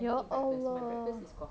ya allah